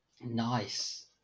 Nice